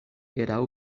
erao